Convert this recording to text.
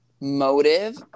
motive